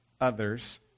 others